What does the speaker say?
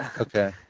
Okay